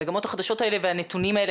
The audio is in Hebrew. המגמות החדשות האלה והנתונים האלה,